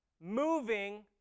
moving